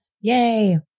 Yay